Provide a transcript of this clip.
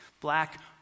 black